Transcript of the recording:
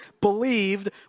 believed